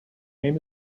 name